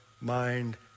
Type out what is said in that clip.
mind